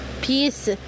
peace